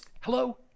hello